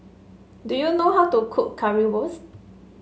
do you know how to cook Currywurst